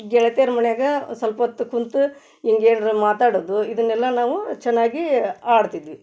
ಗೆಳತಿಯರ ಮನೆಯಾಗ ಸ್ವಲ್ಪ ಹೊತ್ತು ಕೂತು ಹಿಂಗೇನ್ರಾ ಮಾತಾಡೋದು ಇದನ್ನೆಲ್ಲ ನಾವು ಚೆನ್ನಾಗಿ ಆಡ್ತಿದ್ವಿ